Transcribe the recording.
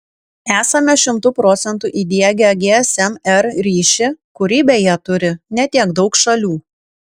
esame šimtu procentų įdiegę gsm r ryšį kurį beje turi ne tiek daug šalių